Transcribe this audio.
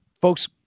folks